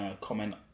comment